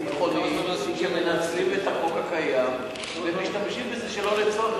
ביטחוניים שמנצלים את החוק הקיים ומשתמשים בזה שלא לצורך,